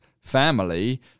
family